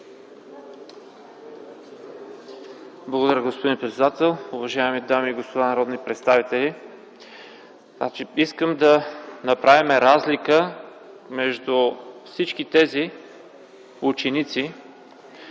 Благодаря, господин председател. Уважаеми дами и господа народни представители! Искам да направим разлика между всички ученици